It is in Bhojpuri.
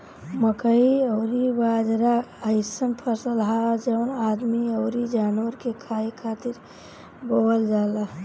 मकई अउरी बाजरा अइसन फसल हअ जवन आदमी अउरी जानवर के खाए खातिर बोअल जाला